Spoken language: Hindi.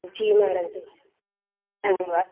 जी मैडम जी धन्यवाद